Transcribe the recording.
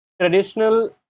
traditional